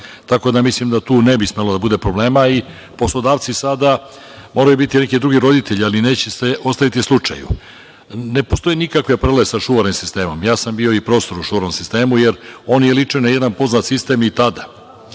Tako da mislim da tu ne bi smelo da bude problema. Poslodavci sada moraju biti neki drugi roditelji, ali neće se ostaviti slučaju. Ne postoje nikakve paralele sa Šuvarevim sistemom. Bio sam profesor u tom sistemu. On je ličio na jedan poznat sistem i tada,